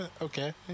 Okay